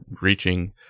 reaching